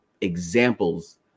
examples